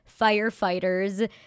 firefighters